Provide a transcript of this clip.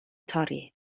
torri